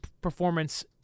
performance